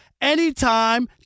anytime